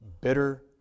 bitter